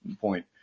point